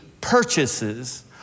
purchases